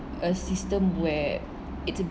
a system where it's